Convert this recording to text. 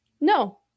No